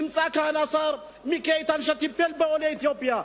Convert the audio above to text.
נמצא כאן השר מיקי איתן שטיפל בעולי אתיופיה,